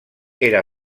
era